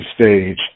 stage